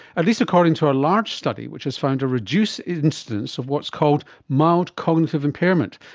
at least according to a large study which has found a reduced instance of what's called mild cognitive impairment,